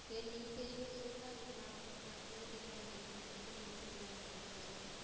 சரி நீங்க சரிங்கன் சொல்லிட்டா அதுக்கு நாங்கள்ப ந நீங்கள் திட்டு வாங்க்கிறீங்களா அந்த திட்டை நீங்கள் வந்து திருப்பி வாங்க்கிறீங்களா சொல்லுங்கள்